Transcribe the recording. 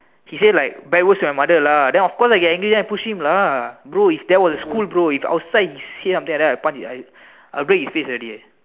he say like bad words to my mother lah then of course I angry then I push him lah bro if that was school bro if outside he say something like that I will punch his I break his face already eh